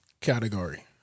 category